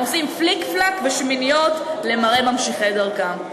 הם עושים פליק-פלאק ושמיניות למראה ממשיכי דרכם.